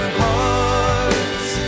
hearts